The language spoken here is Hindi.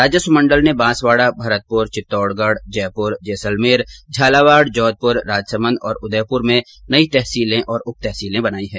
राजस्व मण्डल ने बांसवाडा भरतपुर चित्तौडगढ जयपुर जैसलमेर झालावाड जोधपुर राजसमंद और उदयपुर में नई तहसीलें और उप तहसीलें बनाई है